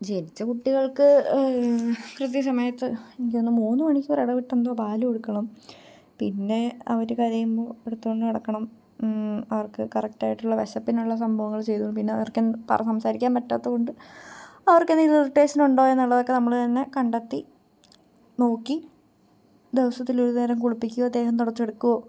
ജനിച്ച കുട്ടികൾക്ക് കൃത്യസമയത്ത് എനിക്ക് തോന്നുന്നു മൂന്ന് മണിക്കൂർ ഇടവിട്ട് എന്തോ പാൽ കൊടുക്കണം പിന്നെ അവർ കരയുമ്പോൾ എടുത്തുകൊണ്ട് നടക്കണം അവർക്ക് കറക്ടായിട്ടുള്ള വിശപ്പിനുള്ള സംഭവങ്ങൾ ചെയ്തു പിന്നെ അവർക്ക് പറ സംസാരിക്കാൻ പറ്റാത്തതുകൊണ്ട് അവർക്കെന്തെങ്കിലും ഇറിറ്റേഷൻ ഉണ്ടായോ എന്നുള്ളതൊക്കെ നമ്മൾ തന്നെ കണ്ടെത്തി നോക്കി ദിവസത്തിലൊരു നേരം കുളിപ്പിക്കുകയോ ദേഹം തുടച്ചെടുക്കുകയോ